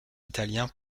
italien